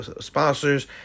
sponsors